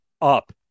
up